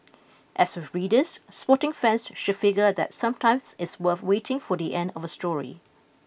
as with readers sporting fans should figure that sometimes it's worth waiting for the end of a story